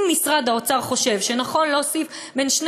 אם משרד האוצר חושב שנכון להוסיף בין 2